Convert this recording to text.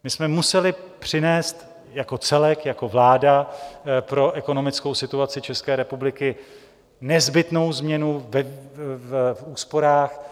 My jsme museli přinést jako celek, jako vláda, pro ekonomickou situaci České republiky nezbytnou změnu v úsporách.